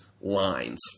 lines